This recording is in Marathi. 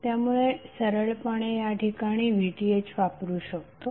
त्यामुळे सरळपणे याठिकाणी VThवापरू शकतो